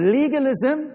legalism